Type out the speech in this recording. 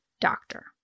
doctor